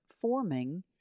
forming